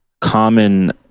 common